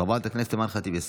חברת הכנסת אימאן ח'טיב יאסין,